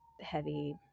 heavy